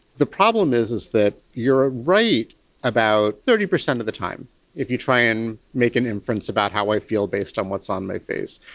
the problem is is that you're ah right about thirty percent of the time if you try and make an inference about how i feel based on what's on my face.